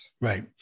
Right